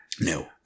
No